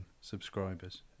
subscribers